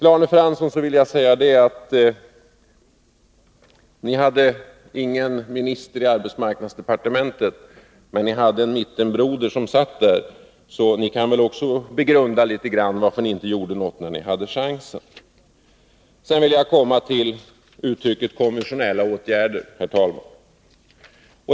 Centern hade visserligen, Arne Fransson, ingen minister i arbetsmarknadsdepartementet, men ni hade en mittenbroder som satt där, så ni kan väl också begrunda varför det inte hände något när ni hade chansen. Jag vill sedan ta upp uttrycket ”konventionella åtgärder”.